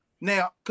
Now